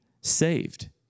saved